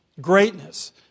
greatness